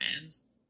fans